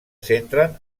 centren